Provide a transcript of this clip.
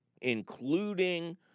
including